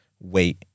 wait